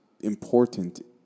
important